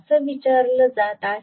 असं विचारलं जात आहे